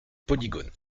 polygone